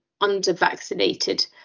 under-vaccinated